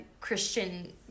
Christian